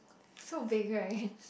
so vague right